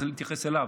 ואתייחס אליו,